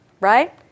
Right